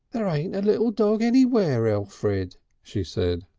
there ain't a little dog anywhere, elfrid, she said.